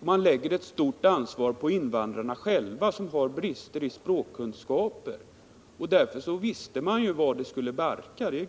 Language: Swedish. och man lägger ett stort ansvar på invandrarna själva, som har brister i sina språkkunskaper. Därför visste vi från början vart det skulle barka.